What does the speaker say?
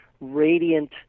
radiant